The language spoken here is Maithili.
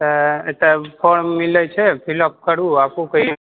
तऽ एकटा फ़ॉर्म मिलै छै फीलअप करूँ